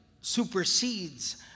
supersedes